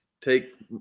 take